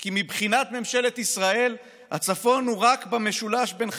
כי מבחינת ממשלת ישראל הצפון הוא רק במשולש בין חדרה,